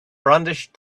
brandished